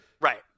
Right